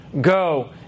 go